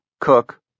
Cook